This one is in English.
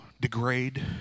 degrade